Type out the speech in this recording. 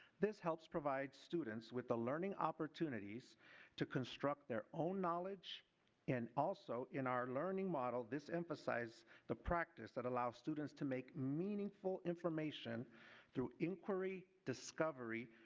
this helps provide students with the learning opportunities to construct their own knowledge and also in our learning model, this emphasizes the practice that allows students to make meaningful information through inquiry, discovery,